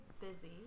busy